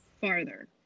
farther